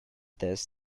this